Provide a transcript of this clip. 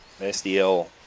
SDL